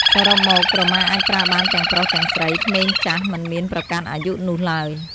សរុបមក ក្រមាអាចប្រើបានទាំងប្រុសទាំងស្រី ក្មេង ចាស់ មិនមានប្រកាន់អាយុនោះឡើយ។